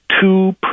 two